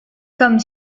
comme